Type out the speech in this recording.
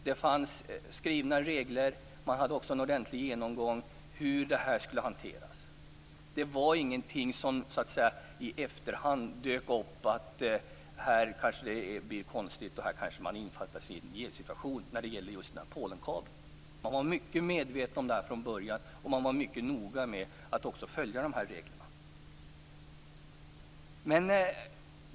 Det fanns skrivna regler, och man hade också en ordentlig genomgång om hur det här skulle hanteras. Det var ingenting som så att säga i efterhand dök upp - alltså att här kan det bli konstigt och kanske man innefattas i en jävssituation just när det gäller Polenkabeln. Man var mycket om detta redan från början och man var mycket noga med att följa reglerna.